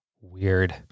Weird